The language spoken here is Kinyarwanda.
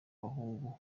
abahungu